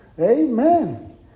amen